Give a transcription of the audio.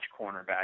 cornerback